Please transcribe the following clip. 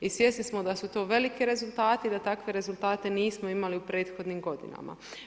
I svjesni smo da su to veliki rezultati i da takve rezultat nismo imali u prethodnim godinama.